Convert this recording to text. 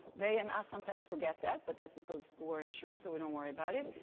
they and us sometimes forget that. but that's because we're insured so we don't worry about it.